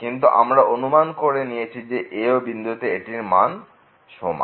কিন্তু আমরা অনুমান করে নিয়েছি যে a ও b বিন্দুতে এটির মান সমান